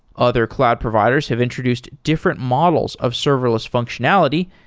other cloud providers have introduced different models of serverless functionality,